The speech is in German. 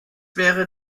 wäre